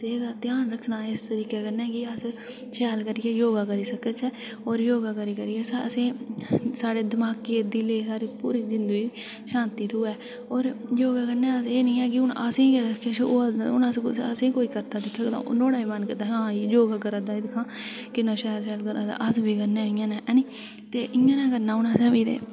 सेह्त दा ध्यान रखना इस तरीके कन्नै की अस शैल करियै योगा करी सकचै होर योगा योगा करी करी असें साढ़े दमाकै दिलै पूरी जिंदू ई पूरी शांति थ्होऐ होर योगा कन्नै एह् निं ऐ की हून असे गै किश होवै ते हून असें कोई करदे दिखग ते नुहाड़ा बी मन करग हा ऐ योगा करा दा एह् दिक्खां कि'न्ना शैल शैल करा दा अस बी करने इ'यां नेआं नी ते इ'यां गै करना हून असें बी ते